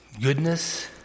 goodness